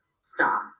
stop